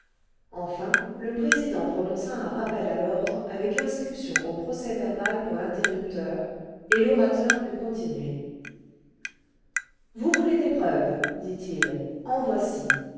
enfin le président prononça un rappel à l'ordre avec inscription au procès-verbal pour l'interrupteur et l'orateur put continuer vous voulez des preuves dit-il en voici